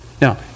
Now